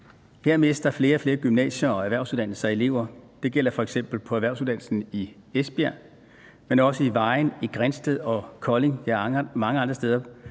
Her mister flere og flere gymnasier og erhvervsuddannelser elever. Det gælder f.eks. på erhvervsuddannelsen i Esbjerg, men også i Vejen, Grindsted og Kolding